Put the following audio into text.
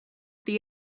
the